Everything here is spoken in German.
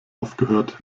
aufgehört